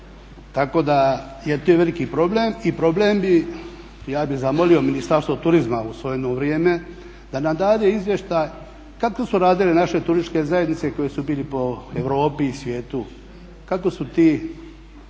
Jer tu je veliki problem, i problem bi, ja bi zamolio ministarstvo turizma u … vrijeme da nam dade izvještaj kako su radile naše turističke zajednice koje su bile po Europi i svijetu, kako su ti